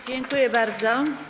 Dziękuję bardzo.